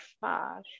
far